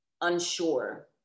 unsure